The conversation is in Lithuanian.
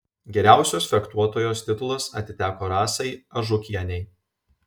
geriausios fechtuotojos titulas atiteko rasai ažukienei